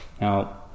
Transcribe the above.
now